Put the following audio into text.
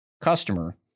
customer